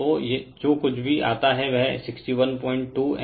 तो जो कुछ भी आता है वह 612 Ω है